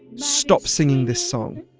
stop singing this song